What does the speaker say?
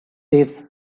this